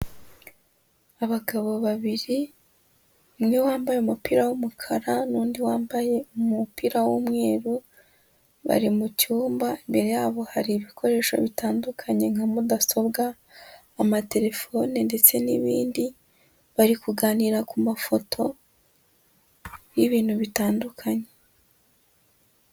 Abagabo babiri, umwe wambaye umupira w'umukara n'undi wambaye umupira w'umweru, bari mu cyumba, imbere yabo hari ibikoresho bitandukanye nka mudasobwa, amaterefone ndetse n'ibindi, bari kuganira ku mafoto y'ibintu bitandukanye.